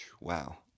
Wow